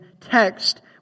text